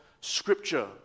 scripture